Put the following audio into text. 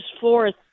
forth